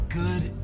good